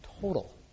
total